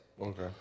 Okay